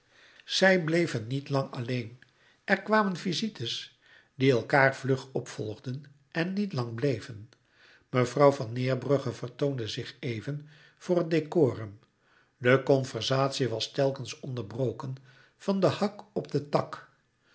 zij bleven niet lang alleen er kwamen visites die elkaâr vlug opvolgden en niet lang louis couperus metamorfoze bleven mevrouw van neerbrugge vertoonde zich even voor het decorum de conversatie was telkens onderbroken van den hak op den tak